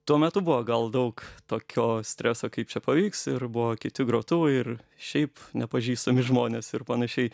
tuo metu buvo gal daug tokio streso kaip čia pavyks ir buvo kiti grotuvai ir šiaip nepažįstami žmonės ir panašiai